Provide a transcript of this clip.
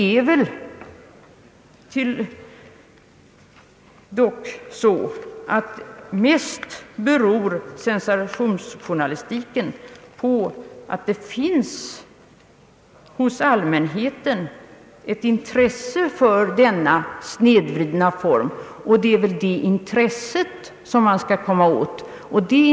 Till största delen torde sensationsjournalistiken bero på att det hos allmänheten finns ett intresse för denna snedvridna form av journalistik, och det är väl det intresset som man skall försöka komma åt.